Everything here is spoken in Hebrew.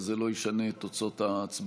אבל זה לא ישנה את תוצאות ההצבעה.